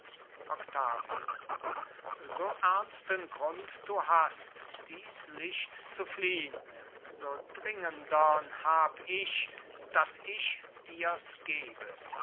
octavio so ernsten grund du hast dies licht zu fliehn so dringendern hab ich daß ich dirs gebe